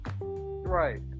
Right